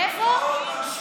מאיפה?